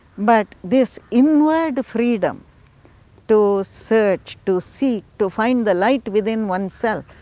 but this inward freedom to search, to seek, to find the light within oneself,